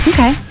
Okay